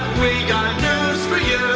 we got news for you.